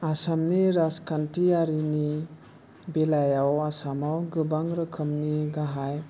आसामनि राजखान्थियारिनि बेलायाव आसामाव गोबां रोखोमनि गाहाइ